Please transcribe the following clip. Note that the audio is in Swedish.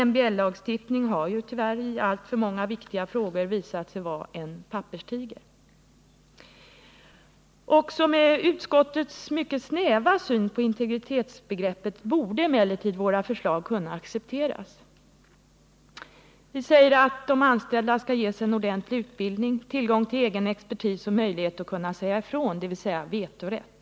MBL har ju tyvärr i alltför många viktiga frågor visat sig vara en papperstiger. Också med utskottets snäva syn på integritetsbegreppet borde våra förslag kunna accepteras. Vi anser att de anställda skall ges en ordentlig utbildning, tillgång till egen expertis och möjlighet att säga ifrån, dvs. vetorätt.